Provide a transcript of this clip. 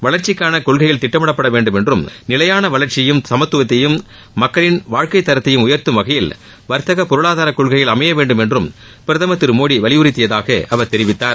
வளர்சிக்கான கொள்கைகள் திட்டமிடப்படவேண்டும் என்றும் நிலைபான வளர்ச்சியையும் சமத்துவத்தையும் மக்களின் வாழ்க்கைத்தரத்தையும் உயர்த்தும் வகையில் வர்த்தக பொருளாதார கொள்கைகள் அமையவேண்டும் என்றும் பிரதமர் திரு மோடி வலியுறுத்தியதாக அவர் தெரிவித்தார்